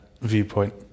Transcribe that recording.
viewpoint